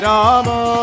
Rama